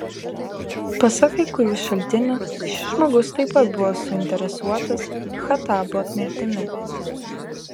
pasak kai kurių šaltinių šis žmogus taip pat buvo suinteresuotas khattabo mirtimi